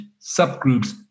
subgroups